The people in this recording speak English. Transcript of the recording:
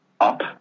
up